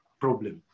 problem